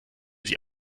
sie